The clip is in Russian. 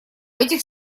этих